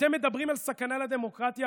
ואתם מדברים על סכנה לדמוקרטיה?